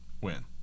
win